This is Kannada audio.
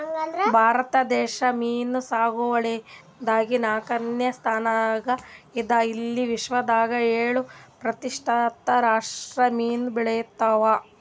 ಭಾರತ ದೇಶ್ ಮೀನ್ ಸಾಗುವಳಿದಾಗ್ ನಾಲ್ಕನೇ ಸ್ತಾನ್ದಾಗ್ ಇದ್ದ್ ಇಲ್ಲಿ ವಿಶ್ವದಾಗ್ ಏಳ್ ಪ್ರತಿಷತ್ ರಷ್ಟು ಮೀನ್ ಬೆಳಿತಾವ್